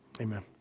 Amen